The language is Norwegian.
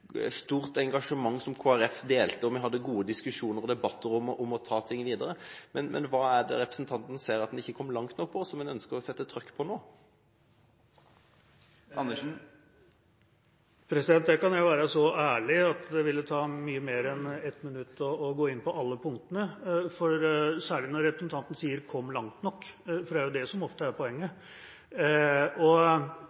stort engasjement som Kristelig Folkeparti delte, og vi hadde gode diskusjoner og debatter om å ta ting videre. Hva er det representanten ser at man ikke kom langt nok på, og som man ønsker å sette trykk på nå? Der kan jeg være så ærlig og si at det ville tatt mye mer enn ett minutt å gå inn på alle punktene – særlig når representanten sier «kom langt nok», for det er det som ofte er poenget.